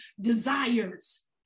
desires